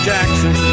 Jackson